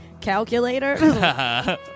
calculator